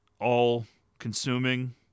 all-consuming